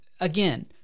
Again